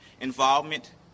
involvement